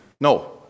No